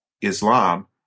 Islam